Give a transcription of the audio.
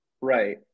Right